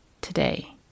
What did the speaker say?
today